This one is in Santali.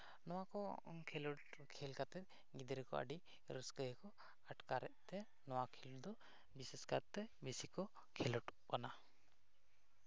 ᱱᱚᱣᱟ ᱠᱚ ᱠᱷᱮᱞᱳᱰ ᱠᱷᱮᱞ ᱠᱟᱛᱮ ᱜᱤᱫᱽᱨᱟᱹ ᱠᱚ ᱟᱹᱰᱤ ᱨᱟᱹᱥᱠᱟᱹ ᱜᱮᱠᱚ ᱟᱴᱠᱟᱨᱮᱜ ᱛᱮ ᱱᱚᱣᱟ ᱠᱷᱮᱞ ᱫᱚ ᱵᱤᱥᱮᱥᱠᱟᱨᱛᱮ ᱵᱮᱥᱤ ᱠᱚ ᱠᱷᱮᱞᱳᱰ ᱠᱟᱱᱟ